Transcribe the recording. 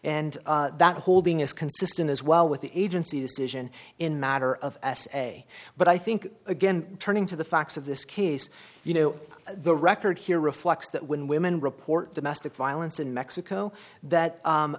and that holding is consistent as well with the agency decision in matter of essay but i think again turning to the facts of this case you know the record here reflects that when women report domestic violence in mexico